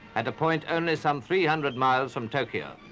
at a point only some three hundred miles from tokyo.